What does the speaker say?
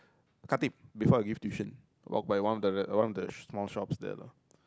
cut it before I give tuition by one of the one of the small shops there lah